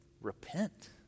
Repent